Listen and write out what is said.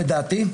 לדעתי,